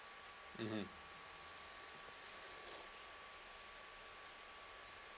mmhmm